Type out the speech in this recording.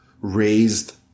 raised